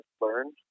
learned